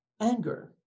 anger